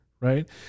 right